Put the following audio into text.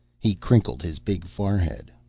he crinkled his big forehead.